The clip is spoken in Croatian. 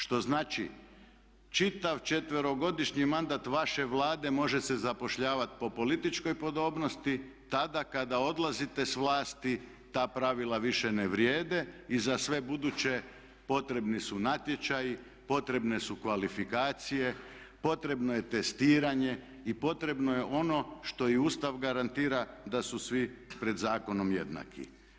Što znači čitav 4-godišnji mandat vaše Vlade može se zapošljavati po političkoj podobnosti, tada kada odlazite sa vlasti ta pravila više ne vrijede i za sve buduće potrebni su natječaji, potrebne su kvalifikacije, potrebno je testiranje i potrebno je ono što i Ustav garantira da su svi pred zakonom jednaki.